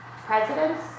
presidents